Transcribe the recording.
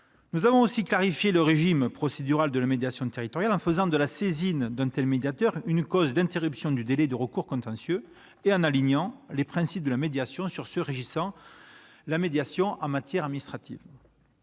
Nous avons aussi clarifié le régime procédural de la médiation territoriale, en faisant de la saisine d'un tel médiateur une cause d'interruption du délai de recours contentieux et en alignant les principes de la médiation sur ceux qui régissent la médiation en matière administrative.